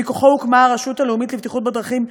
שמכוחו הוקמה הרשות הלאומית לבטיחות בדרכים,